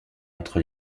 entre